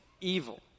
evil